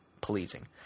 pleasing